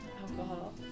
alcohol